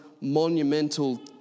monumental